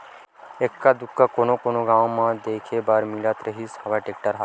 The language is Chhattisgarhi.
एक्का दूक्का कोनो कोनो गाँव म देखे बर मिलत रिहिस हवय टेक्टर ह